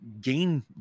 gain